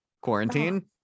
quarantine